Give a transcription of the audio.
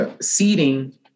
seating